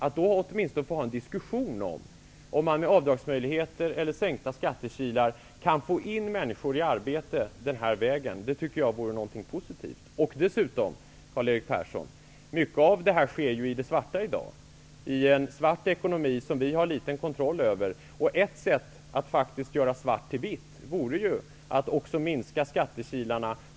Att då åtminstone ha en diskussion huruvida man med avdragsmöjligheter eller minskade skattekilar kan få in människor i arbete denna väg vore någonting positivt. Dessutom sker mycket av detta i det svarta i dag, Karl-Erik Persson, dvs. i en svart ekonomi som vi har liten kontroll över. Ett sätt att göra svart till vitt vore att minska skattekilarna.